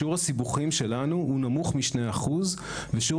שיעור הסיבוכים שלנו נמוך מ-2% ושיעור